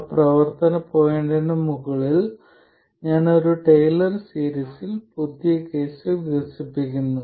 ആ പ്രവർത്തന പോയിന്റിന് മുകളിൽ ഞാൻ ഒരു ടെയ്ലർ സീരീസിൽ പുതിയ കേസ് വികസിപ്പിക്കുന്നു